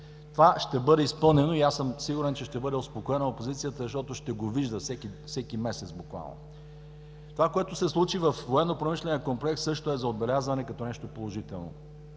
Това ще бъде изпълнено и съм сигурен, че ще бъде успокоена опозицията, защото ще го вижда буквално всеки месец. Това, което се случи във Военнопромишления комплекс, също е за отбелязване като нещо положително.